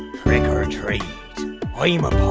trick or ah treat i'm a